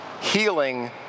healing